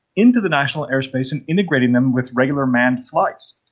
into the national airspace and integrating them with regular manned flights,